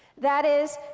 that is,